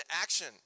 action